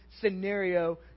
scenario